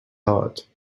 heart